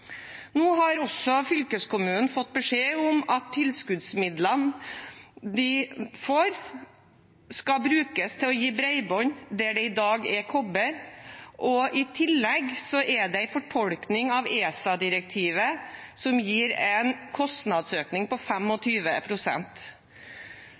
Nå har fylkeskommunen fått beskjed om at tilskuddsmidlene de får, skal brukes til å gi bredbånd der det i dag er kobber, og i tillegg er det en fortolkning av ESA-direktivet som gir en kostnadsøkning på